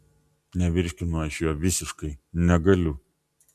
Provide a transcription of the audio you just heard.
nevirškinu aš jo visiškai negaliu